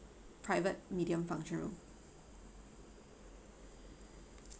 private medium function room